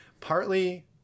partly